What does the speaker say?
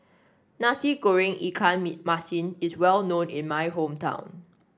Nasi Goreng Ikan me Masin is well known in my hometown